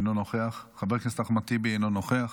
אינו נוכח, חבר הכנסת אחמד טיבי, אינו נוכח,